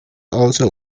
also